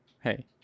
Hey